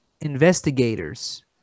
investigators